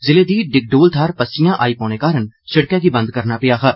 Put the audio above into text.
जिले दे डिगडोल थाहर पस्सियां आई पौने कारण सड़क गी बंद करना पेआ हा